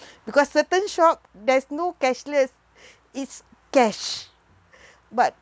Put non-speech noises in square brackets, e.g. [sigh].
[breath] because certain shop there's no cashless [breath] it's cash [breath] but